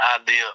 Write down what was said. idea